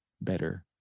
better